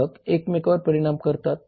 ग्राहक एकमेकांवर परिणाम करतात